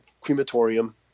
crematorium